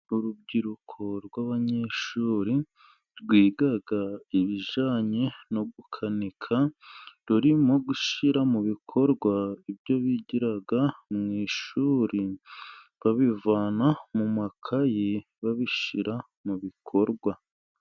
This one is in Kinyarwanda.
Urubyiruko rw'abanyeshuri rwiga ibijyanye no gukanika, rurimo gushyira mu bikorwa ibyo bigira mu ishuri babivana mu makayi, babishyira mu bikorwa.